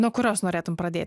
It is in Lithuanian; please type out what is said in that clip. nuo kurios norėtum pradėti